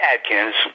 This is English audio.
Adkins